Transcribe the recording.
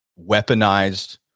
weaponized